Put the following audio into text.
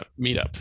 meetup